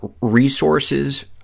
resources